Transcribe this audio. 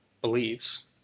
believes